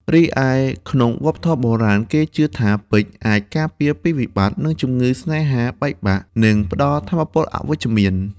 រីឯក្នុងវប្បធម៌បុរាណ គេជឿថាពេជ្រអាចការពារពីវិបត្តិ និងជម្ងឺ ស្នេហាបាក់បែក និងផ្តល់ថាមពលវិជ្ជមាន។